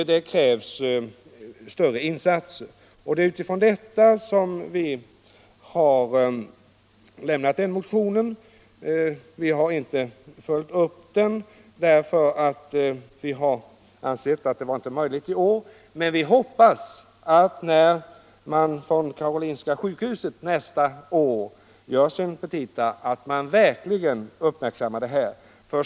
Det krävs här större insatser. Det är utifrån detta som vi har avlämnat motionen, men vi har inte följt upp den. Vi har ansett att detta inte var möjligt i år. Men vi hoppas att Karolinska sjukhuset uppmärksammar denna fråga i samband med att sjukhuset skriver sina petita nästa år.